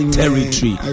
territory